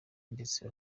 ndetse